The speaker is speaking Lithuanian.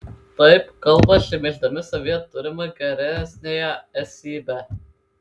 taip kalba šmeiždami savyje turimą geresniąją esybę